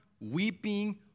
weeping